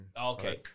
Okay